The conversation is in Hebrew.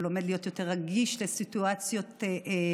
הוא לומד להיות יותר רגיש לסיטואציות אישיות.